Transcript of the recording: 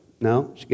No